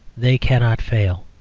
they cannot fail.